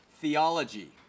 Theology